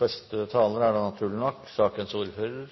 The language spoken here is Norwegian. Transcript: Første taler er Heikki Holmås, som er sakens ordfører.